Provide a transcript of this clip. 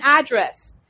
address